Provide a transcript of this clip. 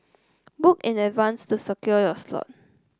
book in advance to secure your slot